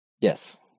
Yes